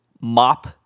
mop